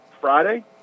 Friday